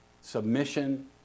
submission